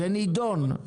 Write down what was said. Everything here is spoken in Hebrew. זה נדון.